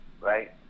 right